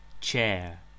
chair